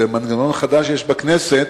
זה מנגנון חדש שיש בכנסת.